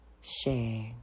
share